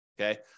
Okay